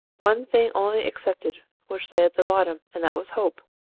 one thing only excepted, which lay at the bottom, and that was hope.